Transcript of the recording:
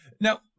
Now